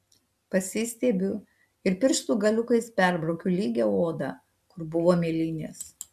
pasistiebiu ir pirštų galiukais perbraukiu lygią odą kur buvo mėlynės